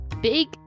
Big